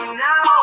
now